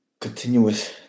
continuous